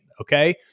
okay